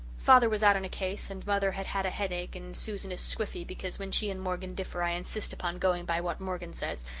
father was out on a case, and mother had had a headache and susan is squiffy because when she and morgan differ i insist upon going by what morgan says,